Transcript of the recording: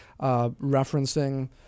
referencing